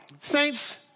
saints